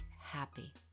happy